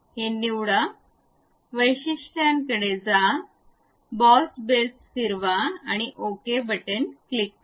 हे निवडा वैशिष्ट्यांकडे जा बॉस बेस फिरवा ओके क्लिक करा